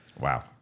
Wow